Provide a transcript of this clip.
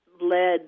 led